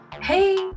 hey